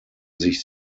sich